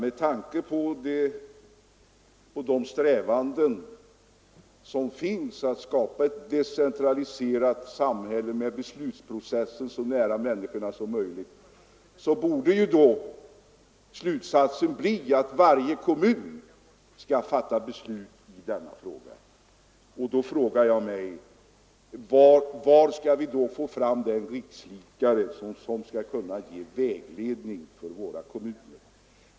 Med tanke på de strävanden som finns att skapa ett decentraliserat samhälle med beslutsprocesserna så nära människorna som möjligt skulle slutsatsen bli att varje kommun borde fatta beslut i dessa frågor. Men då undrar jag: Var skall vi då få fram den rikslikare som skall kunna ge vägledning till våra kommuner?